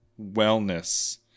Wellness